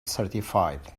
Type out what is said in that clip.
certified